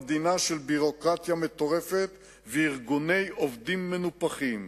מי יבוא למדינה של ביורוקרטיה מטורפת וארגוני עובדים מנופחים?